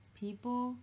people